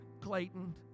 Clayton